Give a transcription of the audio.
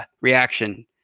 reaction